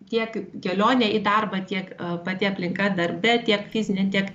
tiek kelionė į darbą tiek pati aplinka darbe tiek fizinė tiek